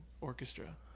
orchestra